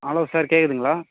hello sir கேட்குதுங்களா